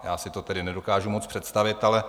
Já si to tedy nedokážu moc představit.